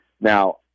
Now